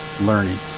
learning